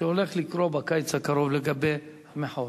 שהולך לקרות בקיץ הקרוב לגבי המחאות.